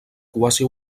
quasi